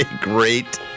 great